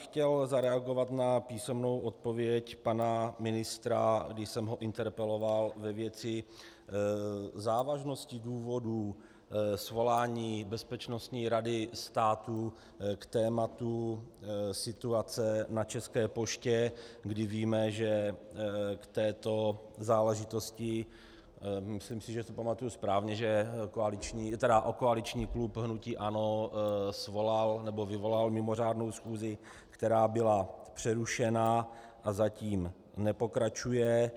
Chtěl bych zareagovat na písemnou odpověď pana ministra, když jsem ho interpeloval ve věci závažnosti důvodů svolání Bezpečnostní rady státu k tématu situace v České poště, kdy víme, že k této záležitosti, myslím si, že si pamatuji správně, že koaliční klub hnutí ANO svolal nebo vyvolal mimořádnou schůzi, která byla přerušena a zatím nepokračuje.